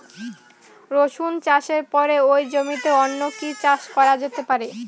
রসুন চাষের পরে ওই জমিতে অন্য কি চাষ করা যেতে পারে?